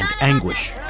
anguish